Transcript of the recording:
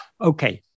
Okay